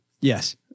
Yes